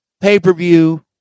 pay-per-view